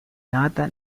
nata